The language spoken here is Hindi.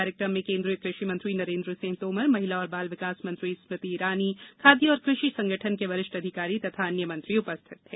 कार्यक्रम में कोन्द्रीय कृषि मंत्री नरेन्द्र सिंह तोमर महिला और बाल विकास मंत्री स्मृति ईरानी खाद्य और कृषि संगठन के वरिष्ठ अधिकारी तथा अन्य मंत्री उपस्थित थे